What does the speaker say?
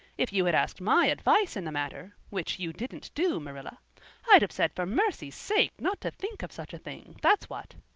if you had asked my advice in the matter which you didn't do, marilla i'd have said for mercy's sake not to think of such a thing, that's what.